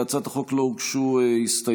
להצעת החוק לא הוגשו הסתייגויות,